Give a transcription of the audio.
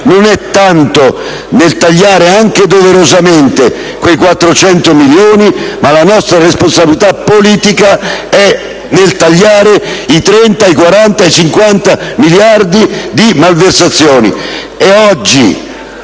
non è tanto nel tagliare, anche doverosamente, quei 400 milioni: la nostra responsabilità politica è nel tagliare i 40, 50, 60 miliardi di euro di malversazioni.